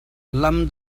lam